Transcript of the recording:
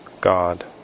God